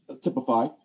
typify